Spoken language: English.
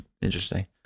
Interesting